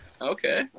Okay